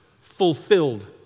fulfilled